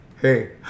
Hey